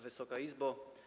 Wysoka Izbo!